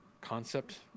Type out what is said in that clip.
concept